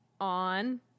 on